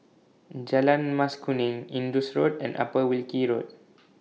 Jalan Mas Kuning Indus Road and Upper Wilkie Road